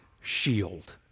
shield